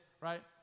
right